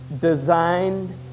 designed